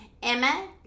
Emma